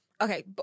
Okay